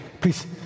please